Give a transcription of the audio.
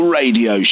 radio